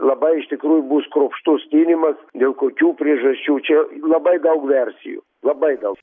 labai iš tikrųjų bus kruopštus tyrimas dėl kokių priežasčių čia labai daug versijų labai daug